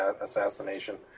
assassination